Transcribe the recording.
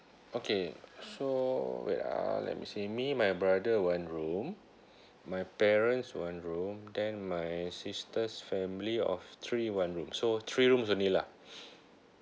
okay so wait ah let me see me my brother one room my parents one room then my sister's family of three one room so three rooms only lah